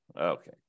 Okay